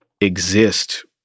exist